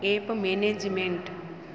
app management